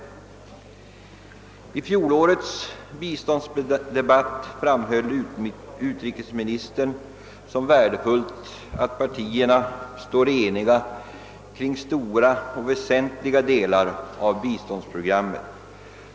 Under fjolårets biståndsdebatt framhöll utrikesministern som värdefullt att partierna står eniga kring stora och väsentliga delar av biståndsprogrammet.